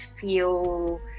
feel